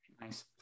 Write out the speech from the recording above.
Nice